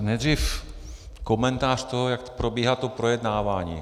Nejdřív komentář toho, jak probíhá to projednávání.